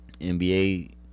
NBA